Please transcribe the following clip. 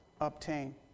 obtain